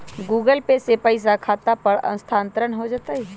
Google Pay से पईसा खाता पर स्थानानंतर हो जतई?